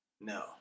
No